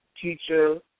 Teacher